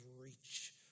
reach